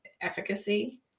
efficacy